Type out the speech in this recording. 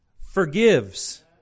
forgives